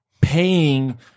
paying